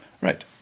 Right